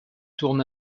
tourne